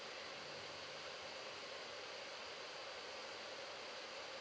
mm